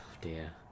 dear